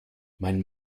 mein